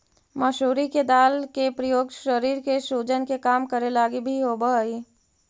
मसूरी के दाल के प्रयोग शरीर के सूजन के कम करे लागी भी होब हई